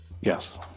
yes